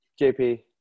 JP